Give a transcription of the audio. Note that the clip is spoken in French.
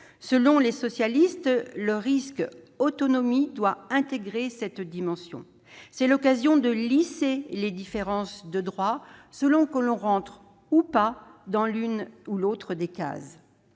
Pour les socialistes, le risque « autonomie » doit intégrer cette dimension. C'est l'occasion de lisser les différences de droit selon que l'on entre ou pas dans l'une ou l'autre des cases.